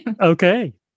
Okay